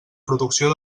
producció